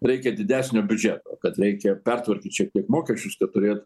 reikia didesnio biudžeto kad reikia pertvarkyt šiek tiek mokesčius kad turėt